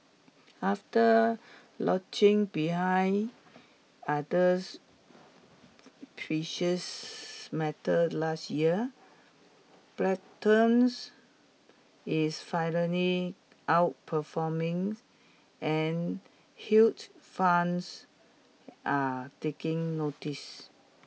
after lagging behind others precious metal last year platinum's is finally outperforming and hedge funds are taking notice